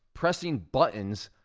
pressing buttons,